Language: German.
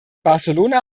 barcelona